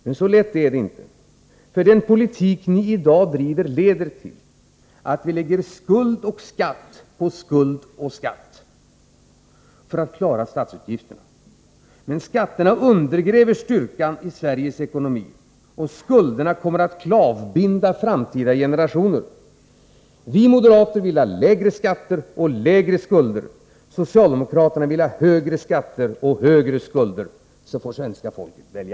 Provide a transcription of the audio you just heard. Men så lätt är det inte, för den politik ni i dag bedriver leder till att ni lägger skuld och skatt på skuld och skatt för att klara statsutgifterna. Men skatterna undergräver styrkan i Sveriges ekonomi, och skulderna kommer att klavbinda framtida generationer. Vi moderater vill ha lägre skatter och lägre skulder. Socialdemokraterna vill ha högre skatter och högre skulder. Så får svenska folket välja.